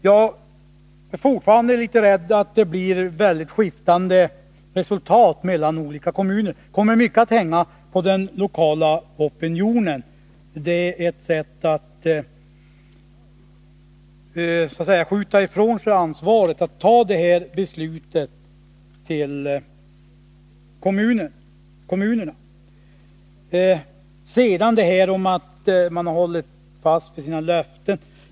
Jag är fortfarande litet rädd för att det blir skiftande resultat i olika kommuner. Det kommer i stor utsträckning att hänga på den lokala opinionen. Att ge kommunerna denna beslutanderätt är ett sätt att skjuta ifrån sig ansvaret. Sedan till frågan om att hålla fast vid sina löften.